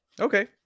Okay